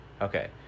Okay